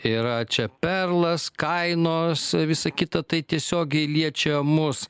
yra čia perlas kainos visa kita tai tiesiogiai liečia mus